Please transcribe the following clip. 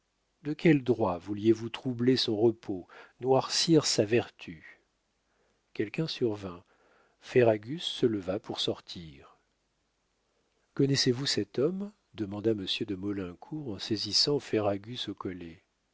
de quel droit vouliez-vous troubler son repos noircir sa vertu quelqu'un survint ferragus se leva pour sortir connaissez-vous cet homme demanda monsieur de maulincour en saisissant ferragus au collet